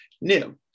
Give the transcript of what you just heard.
new